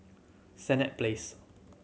Senett Place